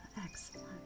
excellent